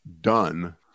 done